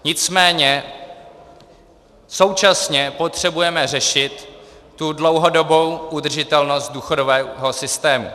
Nicméně současně potřebujeme řešit dlouhodobou udržitelnost důchodového systému.